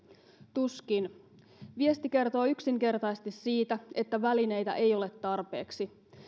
tuskin viesti kertoo yksinkertaisesti siitä että välineitä ei ole tarpeeksi